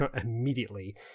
immediately